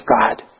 God